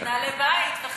עם נעלי בית.